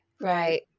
Right